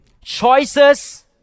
choices